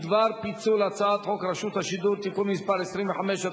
בדבר פיצול הצעת חוק רשות השידור (תיקון מס' 25),